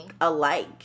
alike